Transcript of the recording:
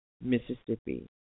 Mississippi